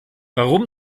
warum